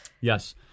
Yes